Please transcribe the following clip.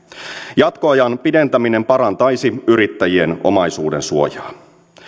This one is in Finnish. jatkoajan pidentäminen parantaisi yrittäjien omaisuudensuojaa